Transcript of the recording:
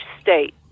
state